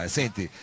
senti